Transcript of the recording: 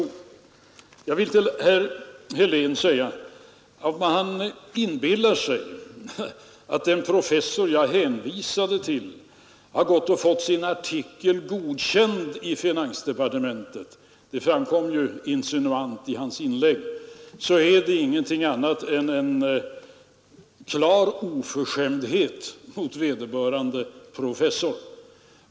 Fill herr Helén vill jag säga att om han inbillar sig att den professor jag hänvisade till har gått och fått sin artikel godkänd i finansdepartementet det framkom ju insinuant i herr Heléns inlägg — är det ingenting annat än en klar oförskämdhet mot vederbörande professor.